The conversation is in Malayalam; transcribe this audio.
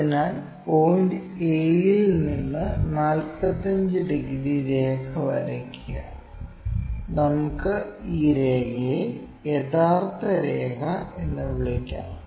അതിനാൽ പോയിന്റ് a ഇൽ നിന്ന് 45 ഡിഗ്രി രേഖ വരയ്ക്കുക നമുക്ക് ഈ രേഖയെ യഥാർത്ഥ രേഖ എന്ന് വിളിക്കാം